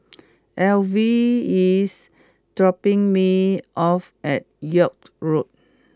Alvy is dropping me off at York Road